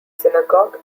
synagogue